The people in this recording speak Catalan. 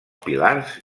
pilars